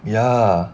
ya